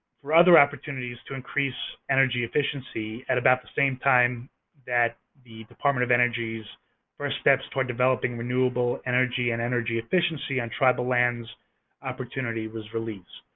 for other opportunities to increase energy efficiency at about the same time that the department of energy's first steps toward developing renewable energy and energy efficiency on tribal lands opportunity was released.